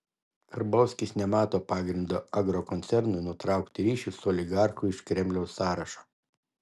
karbauskis nemato pagrindo agrokoncernui nutraukti ryšius su oligarchu iš kremliaus sąrašo